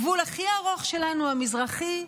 הגבול הכי ארוך שלנו, המזרחי,